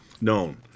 known